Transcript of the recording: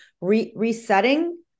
resetting